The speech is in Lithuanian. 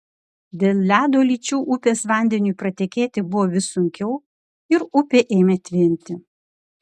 dėl ledo lyčių upės vandeniui pratekėti buvo vis sunkiau ir upė ėmė tvinti